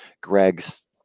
Greg's